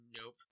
Nope